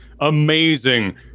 amazing